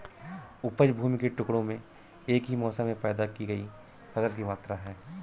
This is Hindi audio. उपज भूमि के टुकड़े में एक ही मौसम में पैदा की गई फसल की मात्रा है